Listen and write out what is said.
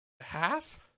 half